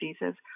diseases